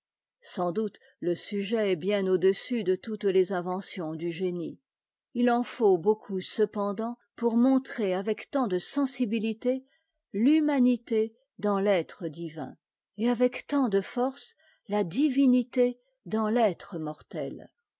sans doute le sujet est bien au-dessus de toutes les inventions du génie il en faut beaucoup cependant pour montrer avec tant de sensibilité l'humanité dans l'être divin et avec tant de force la divinité dans l'être mortel